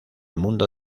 mundo